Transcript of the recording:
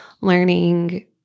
learning